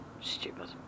stupid